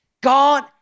God